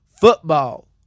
Football